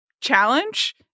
challenge